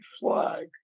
flag